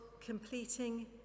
completing